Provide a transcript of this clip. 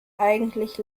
eigentlich